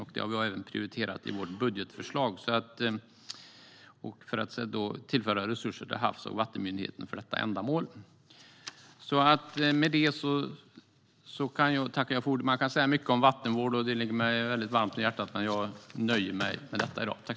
Vi har även prioriterat detta i vårt budgetförslag, för att tillföra resurser till Havs och vattenmyndigheten för detta ändamål. Man kan säga mycket om vattenvård. Det ligger mig väldigt varmt om hjärtat, men jag nöjer mig med detta i dag.